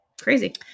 Crazy